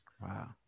Wow